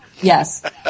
yes